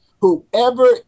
whoever